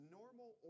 normal